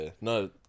No